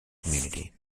community